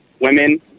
women